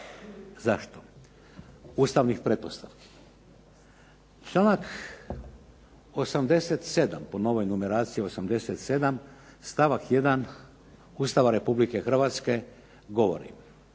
ustavnih pretpostavki. Članak 87. po novoj numeraciji 87. stavak 1. Ustava Republike Hrvatske govori: